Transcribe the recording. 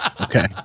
Okay